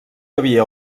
havia